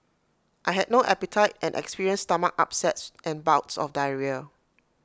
I had no appetite and experienced stomach upsets and bouts of diarrhoea